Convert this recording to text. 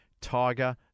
Tiger